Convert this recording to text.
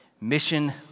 Mission